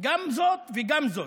גם זאת וגם זאת.